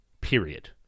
Period